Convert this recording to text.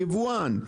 יבואן.